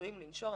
עשויים לנשור.